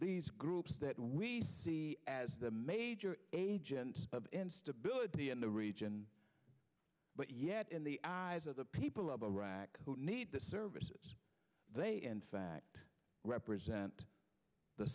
these groups that we see as the major agent of instability in the region but yet in the eyes of the people of iraq who need the services they in fact represent the